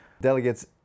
delegates